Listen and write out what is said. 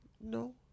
no